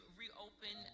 reopen